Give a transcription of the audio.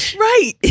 Right